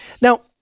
Now